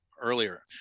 earlier